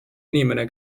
inimene